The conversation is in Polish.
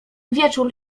wieczór